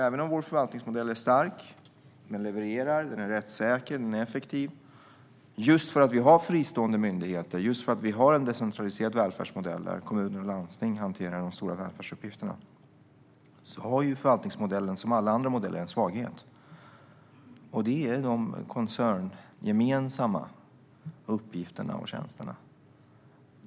Även om vår förvaltningsmodell är stark - den levererar, den är rättssäker och den är effektiv - och vi har fristående myndigheter och en decentraliserad välfärdsmodell, där kommuner och landsting hanterar de stora välfärdsuppgifterna, har förvaltningsmodellen som alla andra modeller en svaghet, och det gäller de koncerngemensamma uppgifterna och tjänsterna.